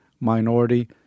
minority